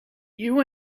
you